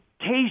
taste